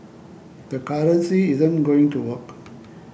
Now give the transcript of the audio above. the currency isn't going to work